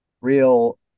real